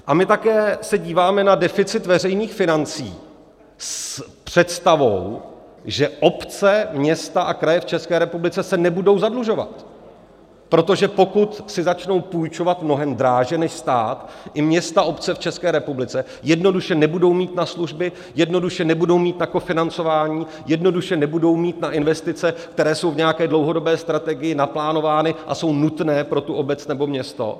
A my také se díváme na deficit veřejných financí s představou, že obce, města a kraje v České republice se nebudou zadlužovat, protože pokud si začnou půjčovat mnohem dráže než stát, i města a obce v České republice jednoduše nebudou mít na služby, jednoduše nebudou mít na kofinancování, jednoduše nebudou mít na investice, které jsou v nějaké dlouhodobé strategii naplánovány a jsou nutné pro tu obec nebo město.